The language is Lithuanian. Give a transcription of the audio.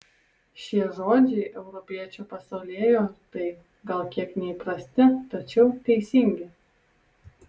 šie žodžiai europiečio pasaulėjautai gal kiek neįprasti tačiau teisingi